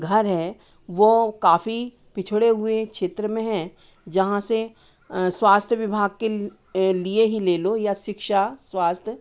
घर है वह काफ़ी पिछड़े हुए क्षेत्र में हैं जहाँ से स्वास्थ्य विभाग के लिए ही ले लो या शिक्षा स्वास्थ्य